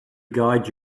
guide